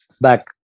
back